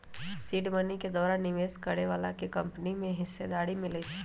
seed money के द्वारा निवेश करए बलाके कंपनी में हिस्सेदारी मिलइ छइ